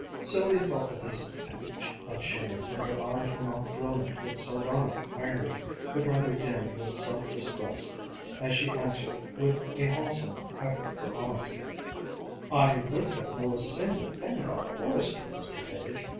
sylvia felt a decent pinch of shame, and her eyes were not brilliant with sardonic irony but rather dimmed with self-distrust as she answered with a wholesome effort for honesty i really don't know a single thing about forestry, mr. page.